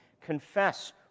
confess